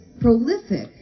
prolific